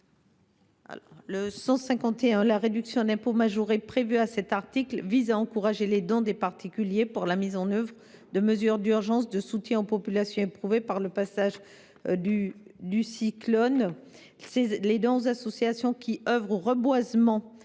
rectifié, la réduction d’impôt majorée prévue à cet article vise à encourager les dons des particuliers pour la mise en œuvre de mesures d’urgence de soutien aux populations éprouvées par le passage du cyclone. Les dons aux associations qui œuvrent au reboisement,